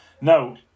Now